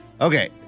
okay